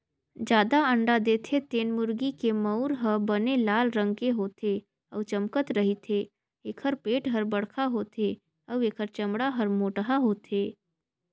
जादा अंडा देथे तेन मुरगी के मउर ह बने लाल रंग के होथे अउ चमकत रहिथे, एखर पेट हर बड़खा होथे अउ एखर चमड़ा हर मोटहा होथे